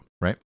right